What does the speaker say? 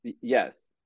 Yes